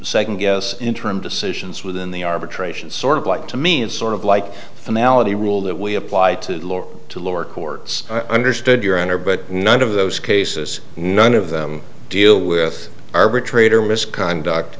second guess interim decisions within the arbitration sort of like to mean sort of like a malady rule that we apply to lower to lower courts i understood your honor but none of those cases none of them deal with arbitrator misconduct